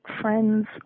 Friends